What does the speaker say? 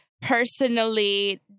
Personally